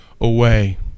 away